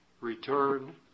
return